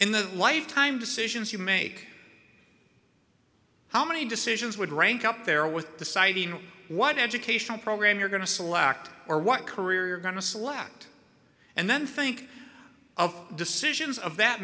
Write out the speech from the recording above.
in the life time decisions you make how many decisions would rank up there with deciding what educational program you're going to select or what career going to slacked and then think of decisions of that